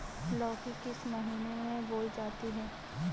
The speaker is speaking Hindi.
लौकी किस महीने में बोई जाती है?